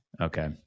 okay